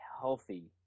healthy